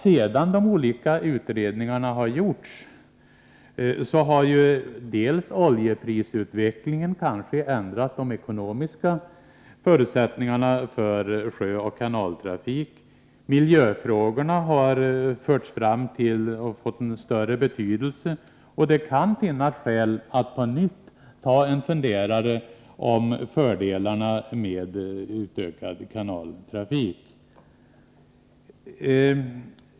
Sedan de olika utredningarna har gjorts har oljeprisutvecklingen kanske ändrat de ekonomiska förutsättningarna för sjöoch kanaltrafik, och miljöfrågorna har förts fram och fått en större betydelse. Det kan finnas skäl att på nytt ta sig en funderare över fördelarna med en utökad kanaltrafik.